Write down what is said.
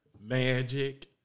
Magic